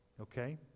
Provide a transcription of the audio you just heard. Okay